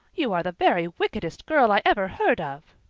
you are the very wickedest girl i ever heard of.